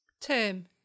Term